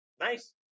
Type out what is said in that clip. Nice